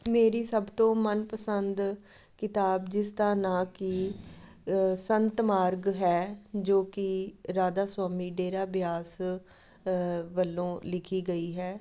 ਮੇਰੀ ਸਭ ਤੋਂ ਮਨ ਪਸੰਦ ਕਿਤਾਬ ਜਿਸ ਦਾ ਨਾਂ ਕਿ ਸੰਤ ਮਾਰਗ ਹੈ ਜੋ ਕਿ ਰਾਧਾ ਸੁਆਮੀ ਡੇਰਾ ਬਿਆਸ ਵੱਲੋਂ ਲਿਖੀ ਗਈ ਹੈ